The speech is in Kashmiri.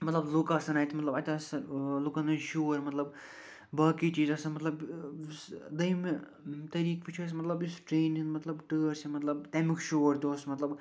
مَطلَب لُکھ آسَن اَتہِ مَطلَب اَتہِ آسہِ لُکَن ہُنٛد شور مَطلَب باقٕے چیٖز چھِ آسان مَطلَب دوٚیمہِ طریٖقہٕ وُچھو أسۍ مَطلَب یُس اَسہِ ٹرٛینہِ ہُنٛد مَطلَب ٹٲر چھِ مَطلَب تمیُک شور تہِ اوس مَطلَب